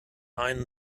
ein